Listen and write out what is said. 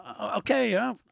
Okay